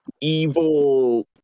evil